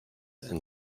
and